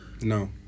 no